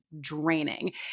draining